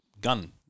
gun